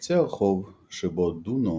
בקצה הרחוב שבו דונו